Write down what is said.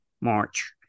March